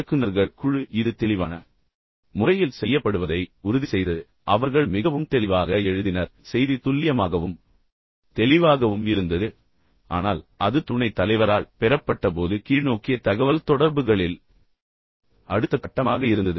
இயக்குநர்கள் குழு இது மிகவும் தெளிவான முறையில் செய்யப்படுவதை உறுதிசெய்தது பின்னர் அவர்கள் மிகவும் தெளிவாக எழுதினர் செய்தி துல்லியமாகவும் தெளிவாகவும் இருந்தது ஆனால் பின்னர் அது துணைத் தலைவரால் பெறப்பட்டபோது கீழ்நோக்கிய தகவல்தொடர்புகளில் அடுத்த கட்டமாக இருந்தது